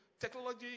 Technology